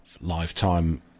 lifetime